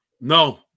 No